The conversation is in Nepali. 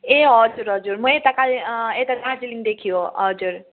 ए हजुर हजुर म यता काले यता दार्जिलिङदेखि हो हजुर